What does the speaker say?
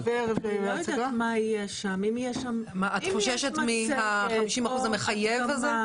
את חוששת מה-50 אחוזים המחייבים?